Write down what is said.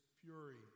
fury